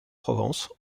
provence